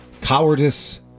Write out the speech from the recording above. cowardice